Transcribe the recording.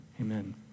amen